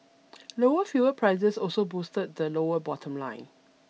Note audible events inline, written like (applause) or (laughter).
(noise) lower fuel prices also boosted the lower bottom line